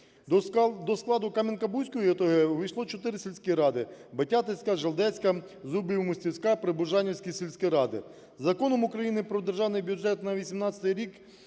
До складу Кам'янки-Бузької ОТГ увійшло 4 сільські ради: Батятицька, Желдецька, Зубівмостівська, Прибужанівська сільські ради. Законом України про Державний бюджет на 18-й рік